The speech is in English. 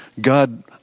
God